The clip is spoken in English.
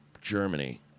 Germany